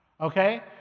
Okay